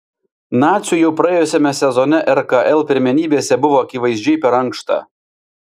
naciui jau praėjusiame sezone rkl pirmenybėse buvo akivaizdžiai per ankšta